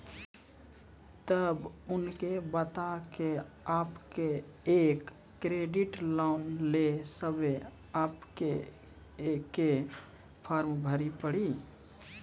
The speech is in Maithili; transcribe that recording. तब उनके बता के आपके के एक क्रेडिट लोन ले बसे आपके के फॉर्म भरी पड़ी?